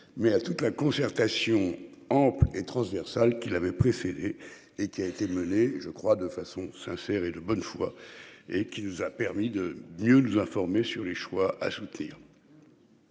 mais à toute la concertation ample et transversale qui l'avait précédé et qui a été menée, je crois de façon sincère et de bonne foi et qui nous a permis de mieux nous informer sur les choix ajouter.--